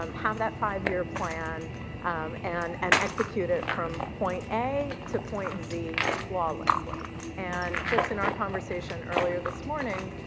um have that five year plan and and execute it from point a to point z flawlessly and just in our conversation earlier this morning,